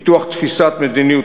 פיתוח תפיסת מדיניות